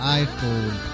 iPhone